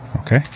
Okay